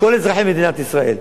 כל אזרחי מדינת ישראל.